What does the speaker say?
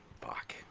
fuck